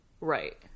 Right